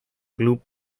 club